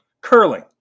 curling